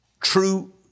True